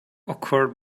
occurred